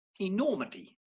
enormity